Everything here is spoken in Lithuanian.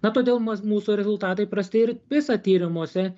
na todėl mus mūsų rezultatai prasti ir visa tyrimuose